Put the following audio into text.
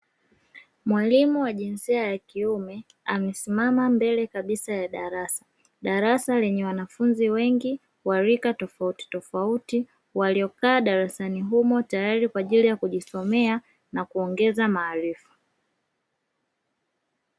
Mwalimu wa jinsia ya kiume, amesimama mbele kabisa ya darasa lenye wanafunzi wengi wa rika tofautitofauti, waliokaa darasani humo kwa ajili ya kujisomea na kuongeza maarifa.